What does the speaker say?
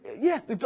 yes